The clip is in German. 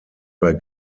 bei